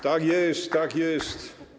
Tak jest, tak jest.